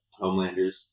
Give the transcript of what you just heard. Homelanders